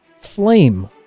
flame